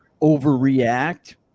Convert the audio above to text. overreact